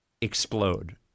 explode